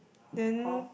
then